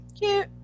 Cute